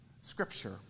Scripture